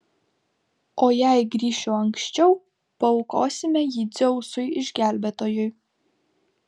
o jei grįšiu anksčiau paaukosime jį dzeusui išgelbėtojui